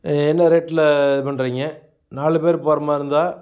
என்ன ரேட்ல இது பண்ணுறீங்க நாலு பேர் போகிற மாதிரி இருந்தால்